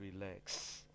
relax